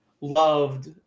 loved